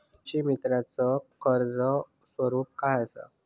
कृषीमित्राच कर्ज स्वरूप काय असा?